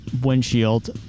windshield